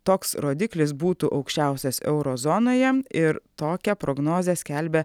toks rodiklis būtų aukščiausias euro zonoje ir tokią prognozę skelbia